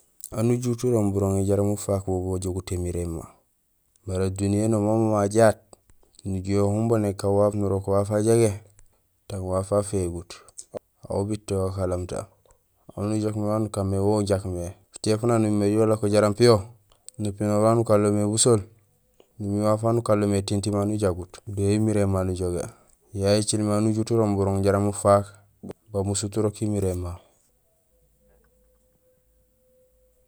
Aan ujut urooŋ buroŋi jaraam ufaak bajogut émiréma. Mara duniya nooma mama jaat, nijuhé ombo nékaan waaf nurok waaf wajagé tang waaf wafégut. Aw ubiit to gakalamuta, aw nujook waan ukaan mé wo ujaak mé, fucé funak nuñumé joow ulako jaraam piyo, nupinoor waan ukanlomé busool, numiir waaf waan ukanlomé tiin timaan ujagut. Do émiréma nujogé. Yayé écilmé aan ujut urooŋ burooŋ jaraam ufaak bamusut urok émiréma.